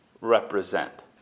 represent